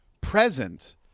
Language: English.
present